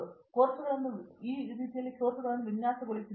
ಆದ್ದರಿಂದ ನಾವು ನಮ್ಮ ಕೋರ್ಸ್ಗಳನ್ನು ವಿನ್ಯಾಸಗೊಳಿಸಿದ್ದೇವೆ